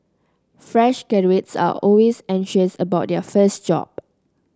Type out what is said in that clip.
fresh graduates are always anxious about their first job